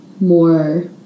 more